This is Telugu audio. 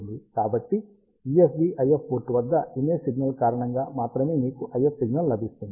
కాబట్టి USB IF పోర్ట్ వద్ద ఇమేజ్ సిగ్నల్ కారణంగా మాత్రమే మీకు IF సిగ్నల్ లభిస్తుంది